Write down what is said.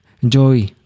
enjoy